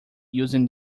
using